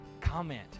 comment